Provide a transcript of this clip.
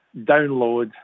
download